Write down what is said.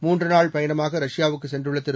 மூன்றுநாள்பயணமாகரஷ்யாவுக்குசென்றுள்ளதிரு